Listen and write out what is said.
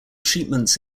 treatments